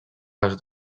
les